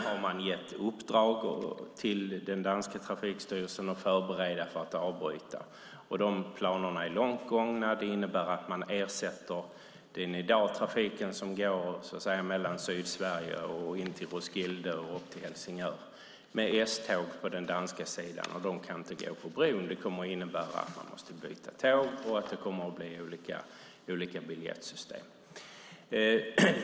Man har gett den danska trafikstyrelsen i uppdrag att förbereda för att avbryta. De planerna är långt gångna. Det innebär att man ersätter trafiken från Sydsverige till Roskilde och Helsingör med S-tåg på den danska sidan. De kan inte gå på bron vilket innebär att man måste byta tåg och att det blir olika biljettsystem.